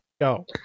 Go